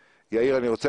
--- יאיר, אני רוצה